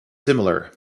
similar